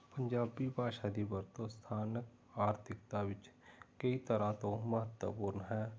ਪੰਜਾਬੀ ਭਾਸ਼ਾ ਦੀ ਵਰਤੋਂ ਸਥਾਨਕ ਆਰਥਿਕਤਾ ਵਿੱਚ ਕਈ ਤਰ੍ਹਾਂ ਤੋਂ ਮਹੱਤਵਪੂਰਨ ਹੈ